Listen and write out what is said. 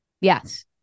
Yes